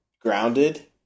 grounded